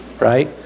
right